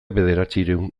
bederatziehun